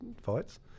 fights